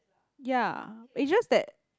ya it's just that